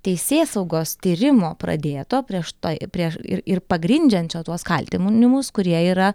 teisėsaugos tyrimo pradėto prieš tai prieš ir ir pagrindžiančio tuos kaltimunimus kurie yra